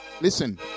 listen